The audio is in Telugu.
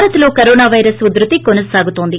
భారత్లో కరోనా పైరస్ ఉద్యతి కొనసాగుతోంది